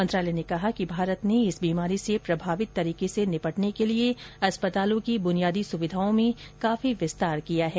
मंत्रालय ने कहा कि भारत ने इस बीमारी से प्रभावित तरीके से निपटने के लिए अस्पतालों की बुनियादी सुविधाओं में काफी विस्तार किया गया है